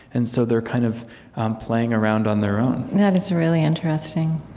and so they're kind of playing around on their own that is really interesting.